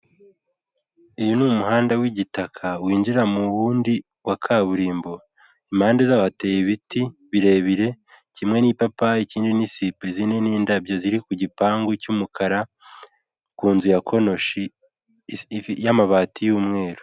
Uyu ni umuhanda w'igitaka winjira muwundi wa kaburimbo, impande zaho hateye ibiti birebire, kimwe ni ipapayi, ikindi ni sipuri izindi ni indabyo ziri kugipangu cy'umukara. ku nzu ya konoshi y'amabati y'umweru.